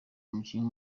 umukinnyi